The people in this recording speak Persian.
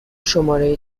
شماره